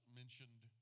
mentioned